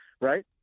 right